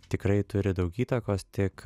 tikrai turi daug įtakos tik